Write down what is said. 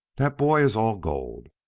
dat boy is all gold